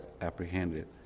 apprehended